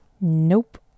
nope